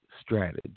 strategy